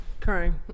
Crying